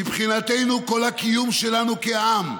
מבחינתנו כל הקיום שלנו כעם,